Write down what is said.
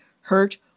hurt